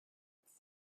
its